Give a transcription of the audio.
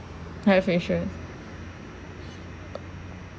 life insurance